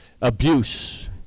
abuse